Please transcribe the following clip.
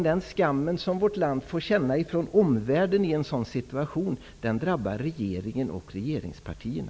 Den skam som vårt land får känna från omvärlden i en sådan situation drabbar regeringen och regeringspartierna.